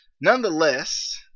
nonetheless